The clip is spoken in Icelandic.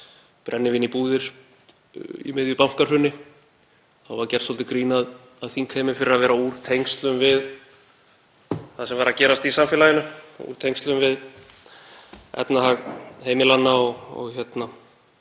brennivín í búðir í miðju bankahruni að þá var gert svolítið grín að þingheimi fyrir að vera úr tengslum við það sem væri að gerast í samfélaginu, úr tengslum við efnahag heimilanna og svona